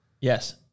Yes